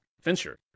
Fincher